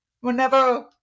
whenever